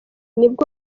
nibwo